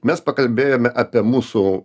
mes pakalbėjome apie mūsų